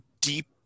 deep